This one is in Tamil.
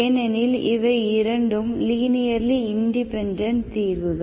ஏனெனில் இவை இரண்டும் லீனியர்லி இண்டிபெண்டெண்ட் தீர்வுகள்